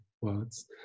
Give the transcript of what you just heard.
words